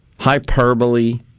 hyperbole